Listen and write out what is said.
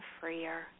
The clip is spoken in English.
freer